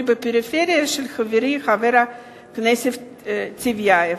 בפריפריה של חברי חבר הכנסת טיבייב.